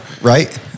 right